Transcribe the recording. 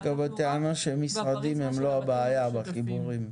אגב, הטענה היא שהמשרדים הם לא הבעיה בחיבורים.